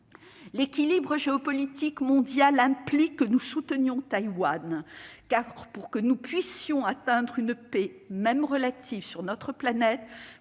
L'équilibre géopolitique mondial implique que nous soutenions Taïwan, car, pour que nous puissions atteindre une paix, même relative, sur notre planète,